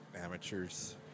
amateurs